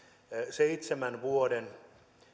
seitsemän vuoden